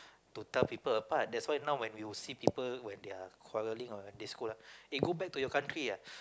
to tell people apart that's why now when we you see people when they are quarreling or when they scold ah go back to your country lah